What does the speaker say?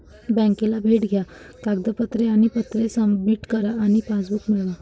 बँकेला भेट द्या कागदपत्रे आणि पत्रे सबमिट करा आणि पासबुक मिळवा